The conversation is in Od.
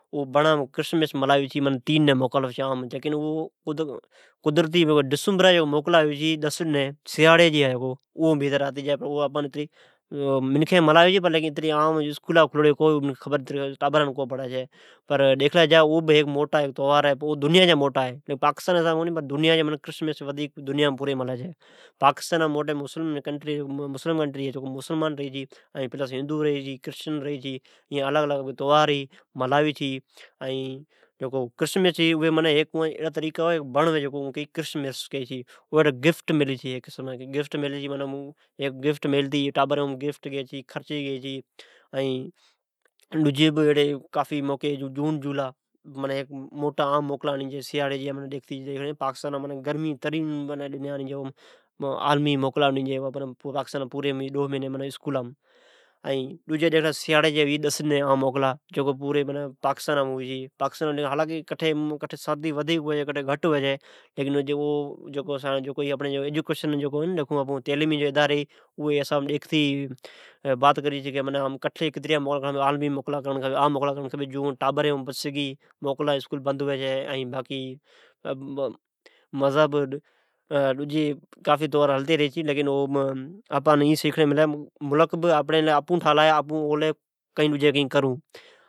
او بنڑام "کرسمس "ملاوی چھی تین ڈنین موکل ھوی چھی میلی اونکرسمرس ملائی قدرتی ڈسمبر جا ڈس ڈٖنھن موکلاھوی چھے سیاری جا اوم آتے چھی تو اتری تو خبر کونی ھی، ٹابران کھبر کونی پڑی ڈیکھلے جا تو "دنیا جا موٹا تہوار ہے" پر پاکسان جا موٹا مسلم کنٹری ھی مسلمان جی "عید" ہے، دنیائیم پوریم ملاجی چھی۔ اٹھے "ہندو ،کرسچن" ،ڈجی کمیوٹی جے منکھئن رھی چھے ۔ "کرسچن" جکو ھوی اوان جا ھیک ایڑا طریقا ھوی چھی اوی بڑ تھاوی چھی ائین او ھیٹھی گفٹ میلی چھی ائین ٹابرین خرچی گیئی چھی ۔این ڈجیا موکلا" جون جولائی" جا موکلا ھوی چھے پوری پاکستان مین گرم ترین مھینی ھوی چھی۔ منعی گرمی جا ڈجی سیاری جا ڈس ڈنھن کٹھے سردی گھڑئ ھوی تو کٹھے گھٹ تو تعلیمی ایدارئ موکلا کری چھے ۔ ملک بہ آپون ٹھالا ھے تو آپون اولی کجھ کرون